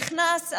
נכנס.